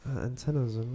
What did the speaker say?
antennas